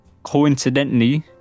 coincidentally